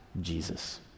Jesus